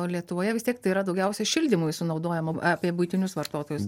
lietuvoje vis tiek tai yra daugiausia šildymui sunaudojama apie buitinius vartotojus